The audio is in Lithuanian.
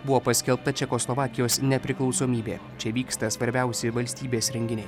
buvo paskelbta čekoslovakijos nepriklausomybė čia vyksta svarbiausi valstybės renginiai